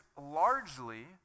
largely